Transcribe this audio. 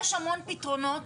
יש המון פתרונות.